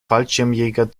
fallschirmjäger